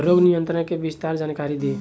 रोग नियंत्रण के विस्तार जानकारी दी?